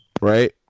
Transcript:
right